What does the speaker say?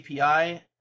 API